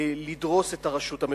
לדרוס את הרשות המחוקקת.